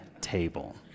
table